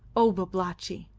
o babalatchi!